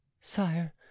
Sire